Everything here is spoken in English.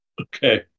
Okay